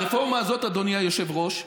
הרפורמה הזאת, אדוני היושב-ראש,